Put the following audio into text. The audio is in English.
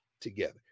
together